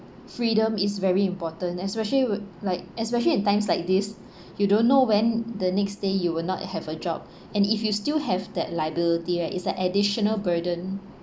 freedom is very important especially would like especially in times like this you don't know when the next day you will not have a job and if you still have that liability right is like additional burden